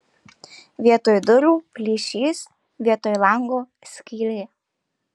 vietoj durų plyšys vietoj lango skylė